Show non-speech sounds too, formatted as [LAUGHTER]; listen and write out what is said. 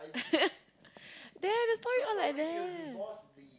[LAUGHS] there the story all like that